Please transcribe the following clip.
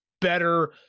better